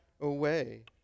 away